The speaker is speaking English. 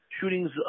shootings